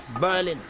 Berlin